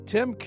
Tim